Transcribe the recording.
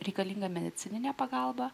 reikalinga medicininė pagalba